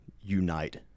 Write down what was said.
unite